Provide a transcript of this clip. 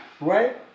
Right